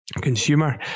consumer